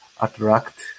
attract